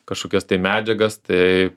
kažkokias tai medžiagas tai